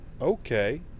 Okay